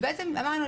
ובעצם אמרנו,